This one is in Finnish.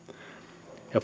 ja